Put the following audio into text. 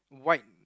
white